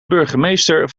burgemeester